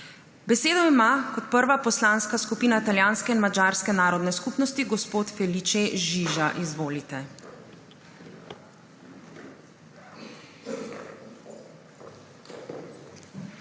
Besedo ima kot prva Poslanska skupina italijanske in madžarske narodne skupnosti. Gospod Felice Žiža, izvolite.